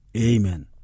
Amen